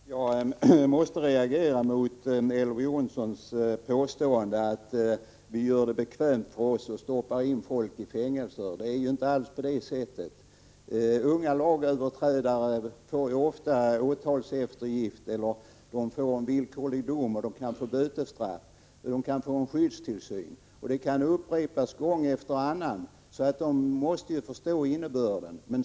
Herr talman! Jag måste reagera mot Elver Jonssons påstående att vi gör det bekvämt för oss och stoppar in folk i fängelser. Det är inte alls på det sättet. Unga lagöverträdare får ofta åtalseftergift, villkorlig dom, bötesstraff eller skyddstillsyn. Påföljden kan upprepas gång efter annan, och lagöverträdaren måste förstå innebörden av den.